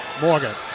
Morgan